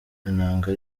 inanga